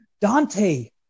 Dante